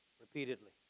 repeatedly